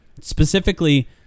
Specifically